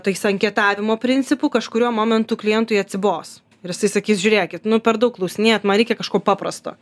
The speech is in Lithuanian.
tais anketavimo principu kažkuriuo momentu klientui atsibos ir jisai sakys žiūrėkit nu per daug klausinėjat man reikia kažko paprasto